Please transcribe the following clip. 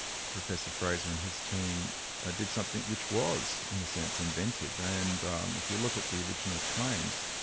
professor fraser and his team ah did something which was, in a sense, inventive, and um if you look at the original claims,